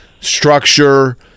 structure